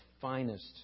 finest